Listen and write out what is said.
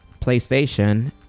PlayStation